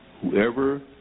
Whoever